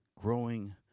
Growing